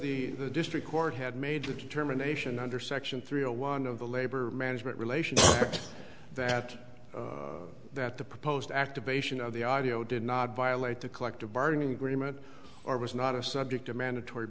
the the district court had major determination under section three one of the labor management relations that that the proposed activation of the audio did not violate the collective bargaining agreement or was not a subject to mandatory